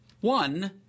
One